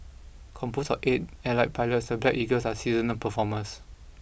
composed of eight elite pilots the Black Eagles are seasoned performers